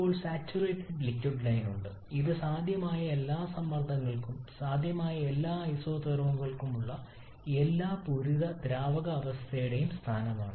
ഇപ്പോൾ saturated liquid line ഉണ്ട് ഇത് സാധ്യമായ എല്ലാ സമ്മർദ്ദങ്ങൾക്കും സാധ്യമായ എല്ലാ ഐസോതെർമുകൾക്കുമുള്ള എല്ലാ പൂരിത ദ്രാവകാവസ്ഥയുടെയും സ്ഥാനമാണ്